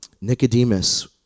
Nicodemus